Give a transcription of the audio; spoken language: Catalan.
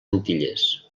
antilles